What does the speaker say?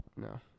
No